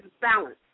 balance